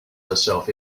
herself